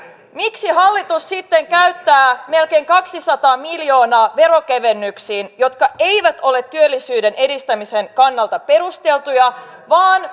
miksi hallitus sitten käyttää melkein kaksisataa miljoonaa veronkevennyksiin jotka eivät ole työllisyyden edistämisen kannalta perusteltuja vaan